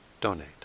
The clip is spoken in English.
donate